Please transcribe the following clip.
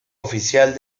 oficial